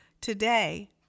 Today